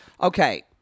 Okay